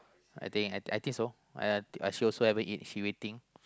I think I think so uh she also haven't eat she waiting